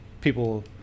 people